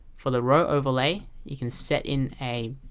for the row overlay, you can set in a